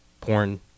porn